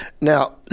Now